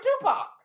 Tupac